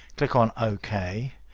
click on ok,